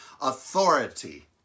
authority